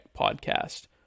podcast